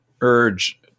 urge